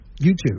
YouTube